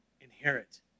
inherit